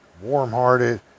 Warm-hearted